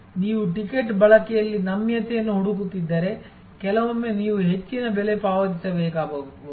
ನೀವು ಟಿಕೆಟ್ ಬಳಕೆಯಲ್ಲಿ ನಮ್ಯತೆಯನ್ನು ಹುಡುಕುತ್ತಿದ್ದರೆ ಕೆಲವೊಮ್ಮೆ ನೀವು ಹೆಚ್ಚಿನ ಬೆಲೆ ಪಾವತಿಸಬೇಕಾಗಬಹುದು